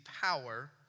power